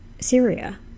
Syria